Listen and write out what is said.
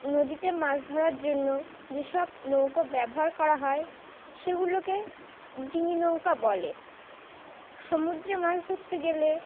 নদীতে মাছ ধরার জন্য যেসব নৌকা ব্যবহার করা হয় সেগুলোকে ডিঙি নৌকা বলে সমুদ্রে মাছ ধরতে গেলে